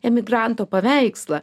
emigranto paveikslą